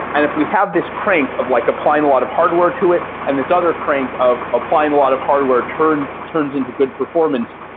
and if we have this crank of like applying a lot of hardware to it and this other crank of applying a lot of hardware turns turns into good performance,